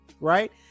Right